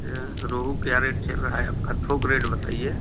ये रोहू क्या रेट चल रहा है आपका थोक रेट बताइए